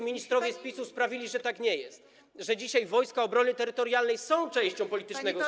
ministrowie z PiS-u sprawili, że tak nie jest, że dzisiaj Wojska Obrony Terytorialnej są częścią politycznego sporu.